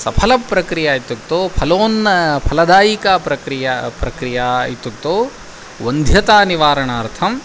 सफलप्रक्रिया इत्युक्तौ फलोन्न फलदायिका प्रक्रिया प्रक्रिया इत्युक्तौ वन्ध्यतानिवारणार्थम्